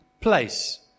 place